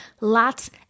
lots